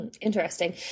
Interesting